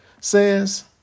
says